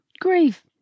grief